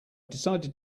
decided